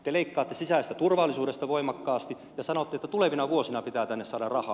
te leikkaatte sisäisestä turvallisuudesta voimakkaasti ja sanotte että tulevina vuosina pitää tänne saada rahaa